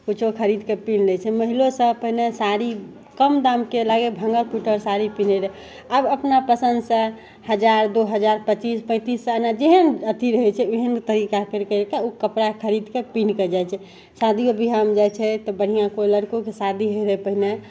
किछो खरीदके पीन्ह लै छै महिलो सभ पहिने साड़ी कम दामके लागै भाँगल फुटल साड़ी पिन्है रहै आब अपना पसन्द सँ हजार दू हजार पचीस पैतीस सएमे जेहेन अथी रहै छै एहेन तरीकाके ओ कपड़ा खरीदके पीन्हके जाइ छै शादियो विवाहमे जाइ छै तऽ बढ़िआँ कोइ लड़कोके शादी होइ रहै पहिने